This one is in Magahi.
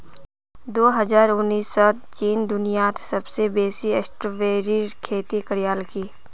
दो हजार उन्नीसत चीन दुनियात सबसे बेसी स्ट्रॉबेरीर खेती करयालकी